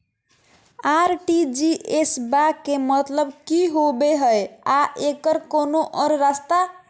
RTGS बा के मतलब कि होबे हय आ एकर कोनो और रस्ता?